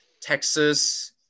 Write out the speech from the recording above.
Texas